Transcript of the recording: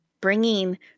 bringing